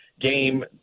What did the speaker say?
game